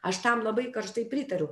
aš tam labai karštai pritariu